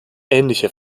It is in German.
ähnlicher